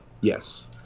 Yes